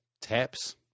Taps